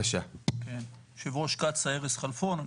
יו"ר קצא"א ארז כלפון,